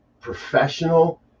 professional